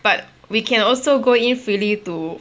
but we can also go in freely to